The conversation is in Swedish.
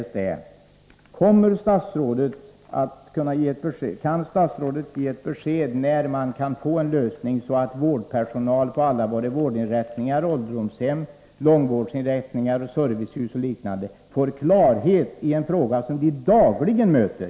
Jag vill då fråga statsrådet än en gång: Kan statsrådet ge besked om när man kan få en lösning, så att vårdpersonal på alla vårdinrättningar — ålderdomshem, långvårdsinrättningar, servicehus och liknande — får klarhet i en fråga som de dagligen möter?